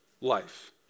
life